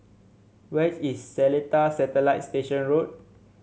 where is Seletar Satellite Station Road